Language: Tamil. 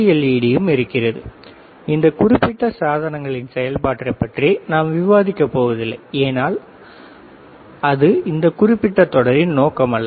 எல்இடியும் இருக்கிறது இந்த குறிப்பிட்ட சாதனங்களின் செயல்பாட்டைப் பற்றி நாம் விவாதிக்கப் போவதில்லை ஏனென்றால் அது இந்த குறிப்பிட்ட தொடரின் நோக்கம் அல்ல